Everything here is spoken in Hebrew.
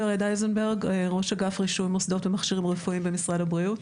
אני ראש אגף רישוי מוסדות ומכשירים רפואיים במשרד הבריאות.